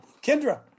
Kendra